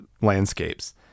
landscapes